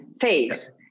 phase